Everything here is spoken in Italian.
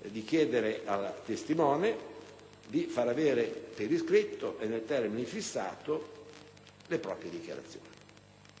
di chiedere al testimone di far pervenire per iscritto, nel termine fissato, le proprie dichiarazioni.